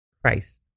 Christ